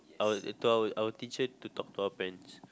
our to our our teacher to talk to our parents